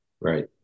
Right